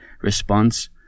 response